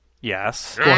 Yes